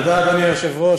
תודה, אדוני היושב-ראש.